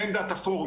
זו עמדת הפורום,